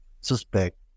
suspect